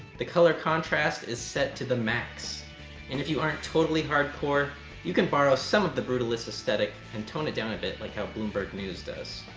the color contrast is set to the max and if you aren't totally hardcore you can borrow some of the brutalist aesthetic and tone it down a bit like how bloomberg news does.